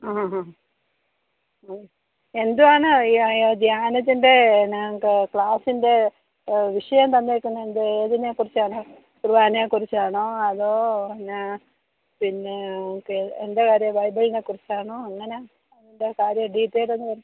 ആ ഹ ഹ എന്തുവാണ് ഈ ധ്യാനത്തിൻ്റെ ഞങ്ങൾക്ക് ക്ലാസ്സിൻ്റെ വിഷയം തന്നേക്കുന്നത് എന്ത് ഏതിനെക്കുറിച്ചാണ് കുർബാനയെക്കുറിച്ചാണോ അതോ എന്നാ പിന്നെ ഓക്കേ എന്താ കാര്യം ബൈബിളിനെ കുറിച്ചാണോ എങ്ങനെയാ എന്താ കാര്യം ഡീറ്റൈൽ ഒന്ന് പറയ്